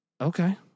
okay